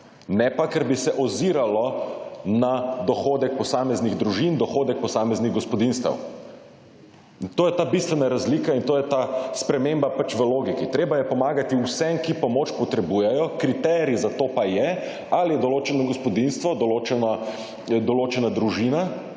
ne pa, ker bi se oziralo na dohodek posameznih družin, dohodek posameznih gospodinjstev. To je ta bistvena razlika in to je ta sprememba pač v logiki. Potrebno je pomagati vsem, ki pomoč potrebujejo. Kriterij za to pa je ali je določeno gospodinjstvo, določena družina